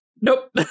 Nope